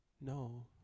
No